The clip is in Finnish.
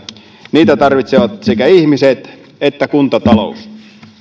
niitä tarvitsevat sekä ihmiset että kuntatalous